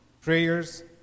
Prayers